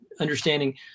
understanding